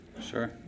Sure